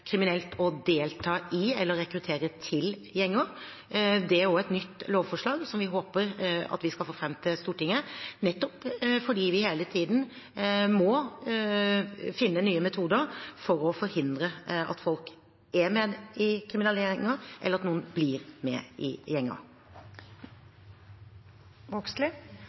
kriminelt å delta i eller rekruttere til gjenger. Det er også et nytt lovforslag som vi håper at vi skal få fram til Stortinget, nettopp fordi vi hele tiden må finne nye metoder for å forhindre at folk er med i kriminelle gjenger, eller at noen blir med i gjenger. Lene Vågslid